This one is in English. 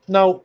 Now